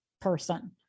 person